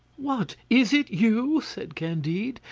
what, is it you? said candide,